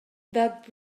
that